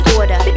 order